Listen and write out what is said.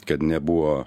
kad nebuvo